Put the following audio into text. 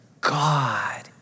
God